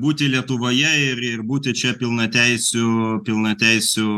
būti lietuvoje ir ir būti čia pilnateisiu pilnateisiu